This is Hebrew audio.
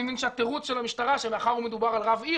אני מבין שהתירוץ של המשטרה שמאחר ומדובר על רב עיר